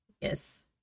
Yes